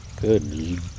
Good